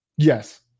Yes